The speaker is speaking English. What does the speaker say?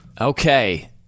Okay